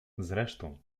zresztą